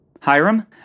Hiram